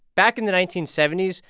back in the nineteen seventy s,